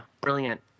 Brilliant